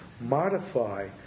modify